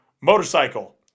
motorcycle